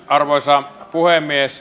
arvoisa puhemies